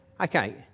okay